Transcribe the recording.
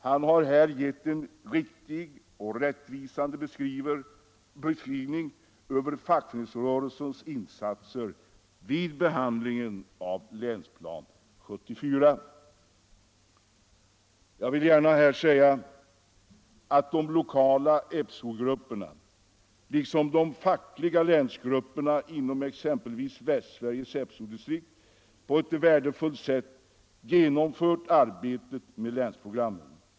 Han har här gett en riktig och rättvisande beskrivning över fackföreningsrörelsens insatser vid be Jag vill gärna här säga att de lokala FCO-grupperna, liksom de fackliga länsgrupperna inom exempelvis Västsveriges FCO-distrikt, på ett värdefullt sätt genomfört arbetet med länsprogrammen.